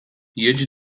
jedź